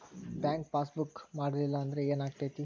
Bank passbook ಮಾಡಲಿಲ್ಲ ಅಂದ್ರೆ ಏನ್ ಆಗ್ತೈತಿ?